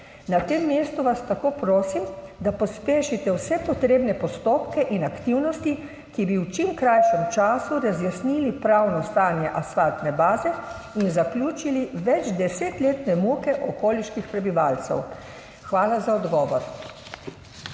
Na tem mestu vas tako prosim, da pospešite vse potrebne postopke in aktivnosti, ki bi v čim krajšem času razjasnili pravno stanje asfaltne baze in zaključili večdesetletne muke okoliških prebivalcev. Hvala za odgovor.